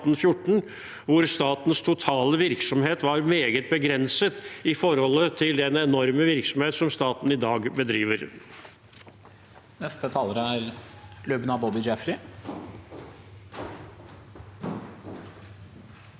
da statens totale virksomhet var meget begrenset i forhold til den enorme virksomhet som staten i dag bedriver.